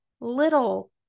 little